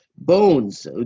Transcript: Bones